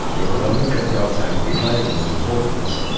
the colombian cartels are declining in importance,